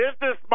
business